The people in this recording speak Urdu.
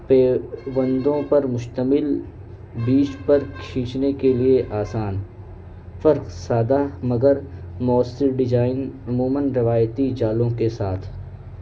پیندوں پر مشتمل بیچ پر کھینچنے کے لیے آسان پھرق سادہ مگر مؤثر ڈیزائن عموماً روایتی جالوں کے ساتھ